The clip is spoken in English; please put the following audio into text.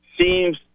seems